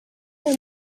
muri